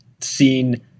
seen